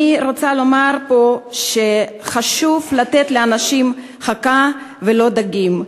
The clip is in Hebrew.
אני רוצה לומר פה שחשוב לתת לאנשים חכה ולא דגים,